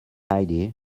idea